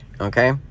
okay